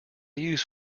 use